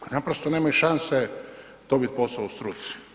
Pa naprosto nemaju šanse dobiti posao u struci.